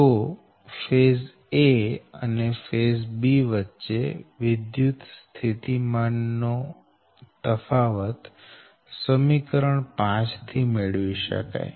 તો phase a અને b વચ્ચે વિદ્યુતસ્થિતિમાન નો તફાવત સમીકરણ 5 થી મેળવી શકાય